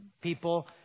people